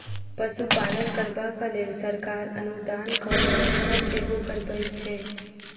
पशुपालन करबाक लेल सरकार अनुदानक व्यवस्था सेहो करबैत छै